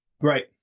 Right